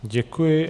Děkuji.